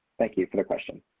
thank you for the question.